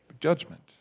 judgment